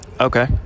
Okay